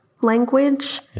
language